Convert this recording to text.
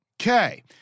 Okay